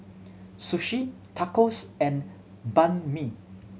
Sushi Tacos and Banh Mi